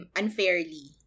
unfairly